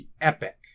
epic